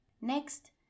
Next